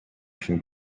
from